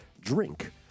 Drink